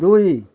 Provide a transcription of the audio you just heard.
ଦୁଇ